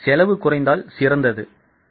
செலவு குறைந்தால் சிறந்தது